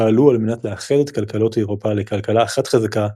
פעלו על מנת לאחד את כלכלות אירופה לכלכלה אחת חזקה,